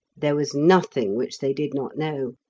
there was nothing which they did not know.